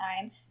time